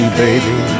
baby